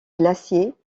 glaciers